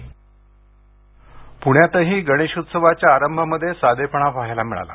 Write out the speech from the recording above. intro प्ण्यातही गणेश उत्सवाच्या आरंभामध्ये साधेपणा पाहायला मिळाला